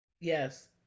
yes